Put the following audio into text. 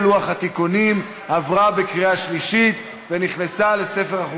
התשע"ו 2016, נתקבל.